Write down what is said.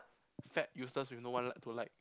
fat useless with no one like to like